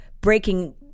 breaking